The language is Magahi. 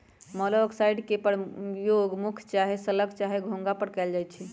मोलॉक्साइड्स के प्रयोग मुख्य स्लग चाहे घोंघा पर कएल जाइ छइ